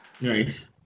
nice